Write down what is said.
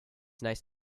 nice